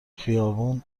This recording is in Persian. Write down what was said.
خیابون